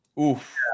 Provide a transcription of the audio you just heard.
Oof